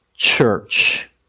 Church